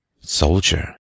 soldier